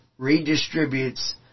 redistributes